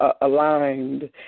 aligned